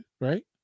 right